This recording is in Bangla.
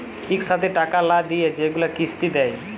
ইকসাথে টাকা লা দিঁয়ে যেগুলা কিস্তি দেয়